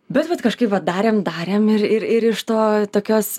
bet vat kažkaip va darėm darėm ir ir ir iš to tokios